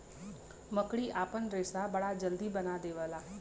मकड़ी आपन रेशा बड़ा जल्दी बना देवला